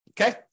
Okay